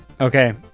Okay